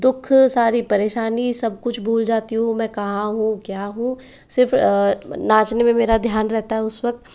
दुख सारी परेशानी सब कुछ भूल जाती हूँ मैं कहाँ हूँ क्या हूँ सिर्फ़ नाचने में मेरा ध्यान रहता है उसे वक़्त